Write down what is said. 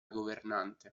governante